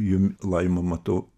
jum laima matau